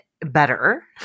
better